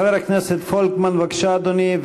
חבר הכנסת פולקמן, בבקשה, אדוני.